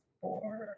four